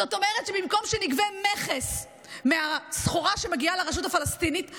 זאת אומרת שבמקום שנגבה מכס על הסחורה שמגיעה לרשות הפלסטינית,